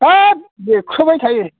होद देख्रुबबाय थायो